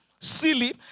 silly